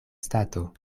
stato